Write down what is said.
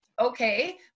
okay